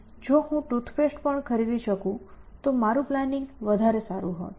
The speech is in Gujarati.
જો હું ટૂથપેસ્ટ પણ ખરીદી શકું તો મારું પ્લાનિંગ વધારે સારું હોત